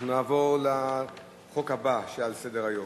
אנחנו נעבור לחוק הבא שעל סדר-היום,